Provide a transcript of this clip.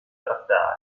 trattare